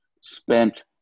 spent